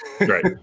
right